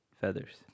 feathers